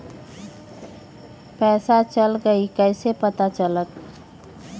पैसा चल गयी कैसे पता चलत?